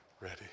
ready